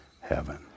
heaven